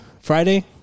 Friday